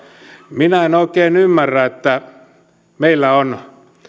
minä en oikein ymmärrä että meillä on